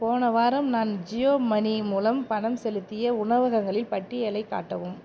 போன வாரம் நான் ஜியோ மனி மூலம் பணம் செலுத்திய உணவகங்களின் பட்டியலைக் காட்டவும்